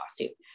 lawsuit